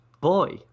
boy